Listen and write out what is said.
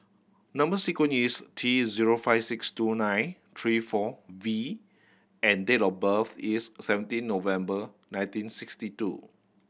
number sequence is T zero five six two nine three four V and date of birth is seventeen November nineteen sixty two